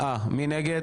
94, מי בעד?